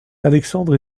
alexandre